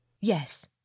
yes